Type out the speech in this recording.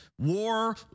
war